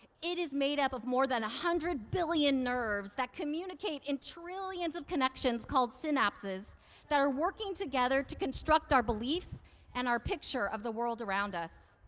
it is made up of more than one hundred billion nerves that communicate in trillions of connections called synapses that are working together to construct our beliefs and our picture of the world around us.